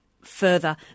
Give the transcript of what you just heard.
further